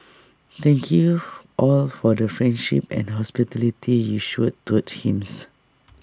thank you all for the friendship and hospitality you showed towards him